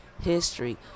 history